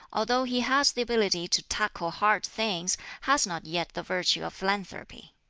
although he has the ability to tackle hard things, has not yet the virtue of philanthropy.